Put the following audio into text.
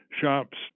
shops